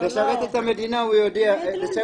לשרת את המדינה הוא יכול,